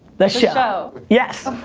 the show. yes,